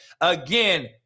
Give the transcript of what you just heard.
Again